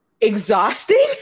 exhausting